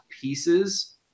pieces